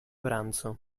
pranzo